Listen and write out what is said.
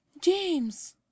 james